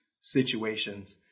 situations